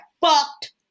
fucked